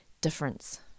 difference